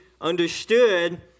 understood